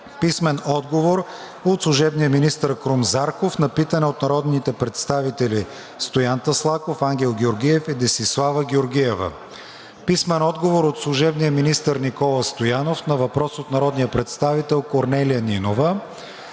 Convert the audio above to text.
Терзийски; - служебния министър Крум Зарков на питане от народните представители Стоян Тасклаков, Ангел Георгиев и Десислава Георгиева; - служебния министър Никола Стоянов на въпрос от народния представител Корнелия Нинова;